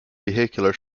vehicular